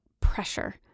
pressure